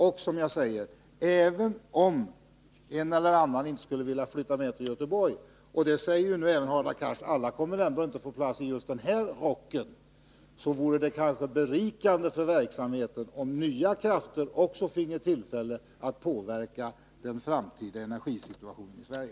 Och som jag redan sagt, om en eller annan inte skulle vilja flytta med till Göteborg — Hadar Cars säger ju att alla ändå inte kommer att få plats i den här rocken — vore det kanske berikande för verksamheten, om nya krafter finge tillfälle att påverka den framtida energisituationen i Sverige.